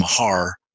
mahar